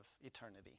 eternity